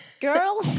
girl